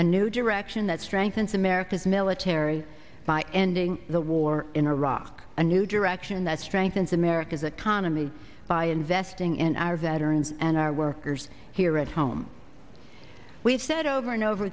a new direction that strengthens america's military by ending the war in iraq a new direction that strengthens america's economy by investing in our veterans and our workers here at home we've said over and over